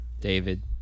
David